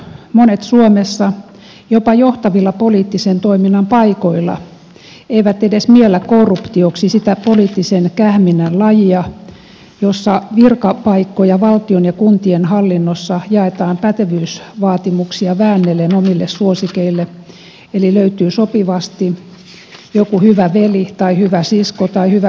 monet suomessa jopa johtavilla poliittisen toiminnan paikoilla olevat eivät edes miellä korruptioksi sitä poliittisen kähminnän lajia jossa virkapaikkoja valtion ja kuntien hallinnossa jaetaan pätevyysvaatimuksia väännellen omille suosikeille eli löytyy sopivasti joku hyvä veli tai hyvä sisko tai hyvä uskonsisar